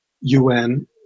UN